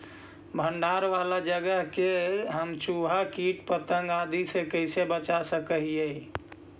भंडार वाला जगह के हम चुहा, किट पतंग, आदि से कैसे बचा सक हिय?